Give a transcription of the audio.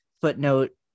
Footnote